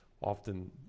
Often